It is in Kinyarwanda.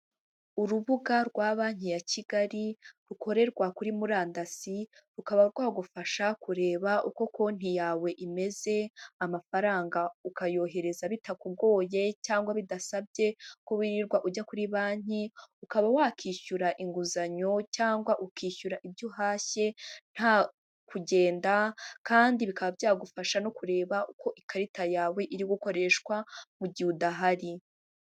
Urubuga rwa banki ya Kigali rukorerwa kuri murandasi, rukaba rwagufasha kureba uko konti yawe imeze amafaranga ukayohereza bitakugoye cyangwa bidasabye ko wirwa ujya kuri banki, ukaba wakwishyura inguzanyo cyangwa ukishyura ibyo uhashye nta kugenda kandi bikaba byagufasha no kureba uko ikarita yawe iri gukoreshwa mu gihe udahari.